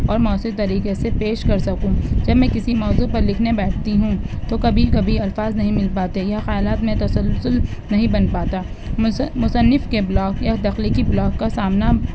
اور موثر طریقے سے پیش کر سکوں جب میں کسی موضوع پر لکھنے بیٹھتی ہوں تو کبھی کبھی الفاظ نہیں مل پاتے یا خیالات میں تسلسل نہیں بن پاتا مصنف کے بلاک یا تخلیقی بلاک کا سامنا